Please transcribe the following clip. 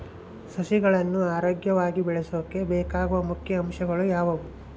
ಸಸಿಗಳನ್ನು ಆರೋಗ್ಯವಾಗಿ ಬೆಳಸೊಕೆ ಬೇಕಾಗುವ ಮುಖ್ಯ ಅಂಶಗಳು ಯಾವವು?